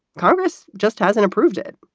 congress just hasn't approved it.